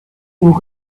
nous